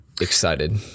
excited